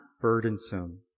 burdensome